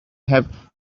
have